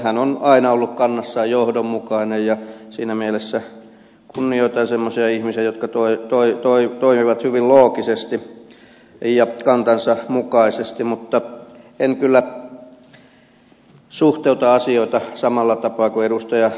hän on aina ollut kannassaan johdonmukainen ja siinä mielessä kunnioitan semmoisia ihmisiä jotka toimivat hyvin loogisesti ja kantansa mukaisesti mutta en kyllä suhteuta asioita samalla tapaa kuin edustaja satonen